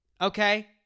Okay